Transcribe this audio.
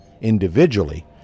individually